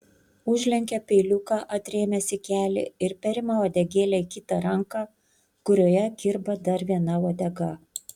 užlenkia peiliuką atrėmęs į kelį ir perima uodegėlę į kitą ranką kurioje kirba dar viena uodega